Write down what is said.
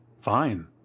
Fine